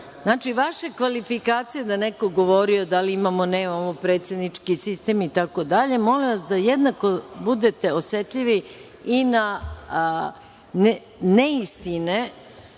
vaše kvalifikacije da je neko govorio da li imamo ili nemamo predsednički sistem itd, molim vas da jednako budete osetljivi i na neistine